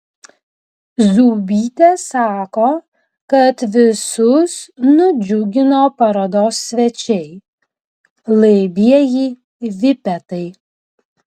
zūbytė sako kad visus nudžiugino parodos svečiai laibieji vipetai